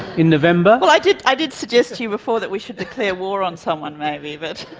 in november? well, i did i did suggest to you before that we should declare war on someone maybe, but,